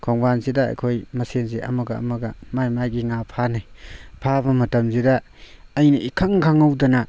ꯈꯣꯡꯕꯥꯜꯁꯤꯗ ꯑꯩꯈꯣꯏ ꯃꯁꯦꯜꯁꯤ ꯑꯃꯒ ꯑꯃꯒ ꯃꯥꯏ ꯃꯥꯏꯒꯤ ꯉꯥ ꯐꯥꯅꯩ ꯐꯥꯕ ꯃꯇꯝꯁꯤꯗ ꯑꯩꯅ ꯏꯈꯪ ꯈꯪꯍꯧꯗꯅ